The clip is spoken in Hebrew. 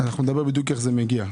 נדבר איך זה מגיע.